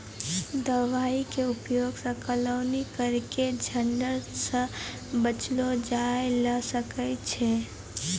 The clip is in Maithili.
दवाई के उपयोग सॅ केलौनी करे के झंझट सॅ बचलो जाय ल सकै छै